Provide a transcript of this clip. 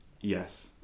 Yes